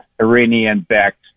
Iranian-backed